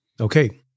Okay